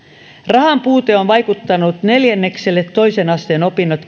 rahanpuute on vaikuttanut neljänneksellä toisen asteen opinnot